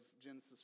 Genesis